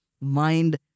mind